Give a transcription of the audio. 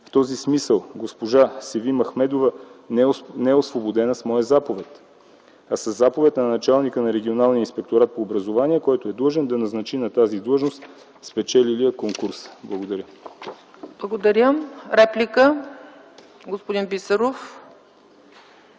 В този смисъл госпожа Севим Ахмедова не е освободена с моя заповед, а със заповед на началника на Регионалния инспекторат по образование, който е длъжен да назначи на тази длъжност спечелилия конкурса. Благодаря. ПРЕДСЕДАТЕЛ ЦЕЦКА ЦАЧЕВА: Благодаря. Реплика – господин Бисеров.